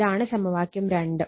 ഇതാണ് സമവാക്യം 2